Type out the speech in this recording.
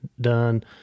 done